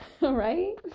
right